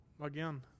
again